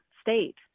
state